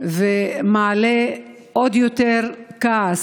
ומעלה עוד יותר כעס,